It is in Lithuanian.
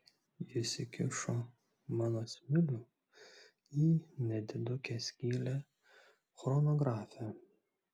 jis įkišo mano smilių į nedidukę skylę chronografe